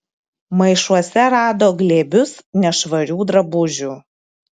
maišuose rado glėbius nešvarių drabužių